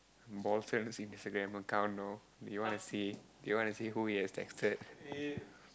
Instagram account know you want to see you want to see who he has texted